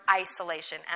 isolation